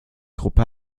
gruppe